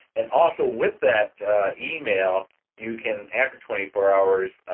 and also with that email you can, after twenty four hours,